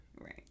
Right